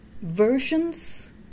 versions